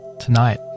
Tonight